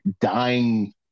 dying